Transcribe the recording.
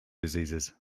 diseases